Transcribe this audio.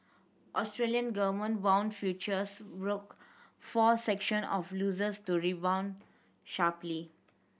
Australian government bond futures broke four section of losses to rebound sharply